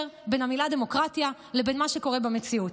בין המילה "דמוקרטיה" לבין מה שקורה במציאות.